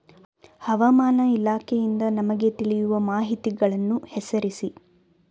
ಹವಾಮಾನ ಇಲಾಖೆಯಿಂದ ನಮಗೆ ತಿಳಿಯುವ ಮಾಹಿತಿಗಳನ್ನು ಹೆಸರಿಸಿ?